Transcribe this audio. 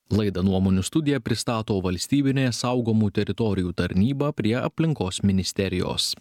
laidą nuomonių studija pristato valstybinė saugomų teritorijų tarnyba prie aplinkos ministerijos